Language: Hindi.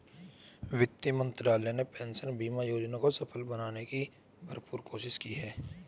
वित्त मंत्रालय ने पेंशन बीमा योजना को सफल बनाने की भरपूर कोशिश की है